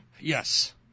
Yes